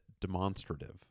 demonstrative